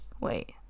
Wait